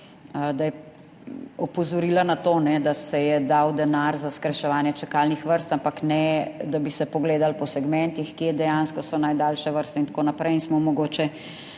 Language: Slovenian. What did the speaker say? da je opozorila na to, da se je dal denar za skrajševanje čakalnih vrst, ampak ne da bi se pogledali po segmentih, kje dejansko so najdaljše vrste itn. in smo mogoče